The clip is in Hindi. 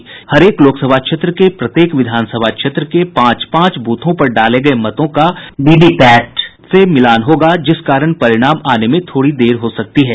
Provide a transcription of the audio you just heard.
इस बार हरेक लोकसभा क्षेत्र के प्रत्येक विधानसभा क्षेत्र के पांच पांच बूथों पर डाले गये मतों का वीवीपैट से मिलान होगा जिस कारण परिणाम आने में थोड़ी देर हो सकती है